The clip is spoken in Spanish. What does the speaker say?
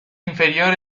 inferior